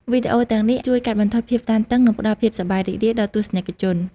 វីដេអូទាំងនេះជួយកាត់បន្ថយភាពតានតឹង និងផ្តល់ភាពសប្បាយរីករាយដល់ទស្សនិកជន។